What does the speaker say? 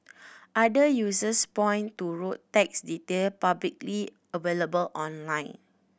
other users point to road tax detail publicly available online